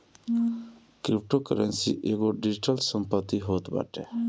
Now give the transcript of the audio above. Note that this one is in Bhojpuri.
क्रिप्टोकरेंसी एगो डिजीटल संपत्ति होत बाटे